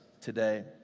today